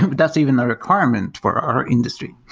that's even a requirement for our industry.